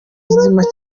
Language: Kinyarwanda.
zimaze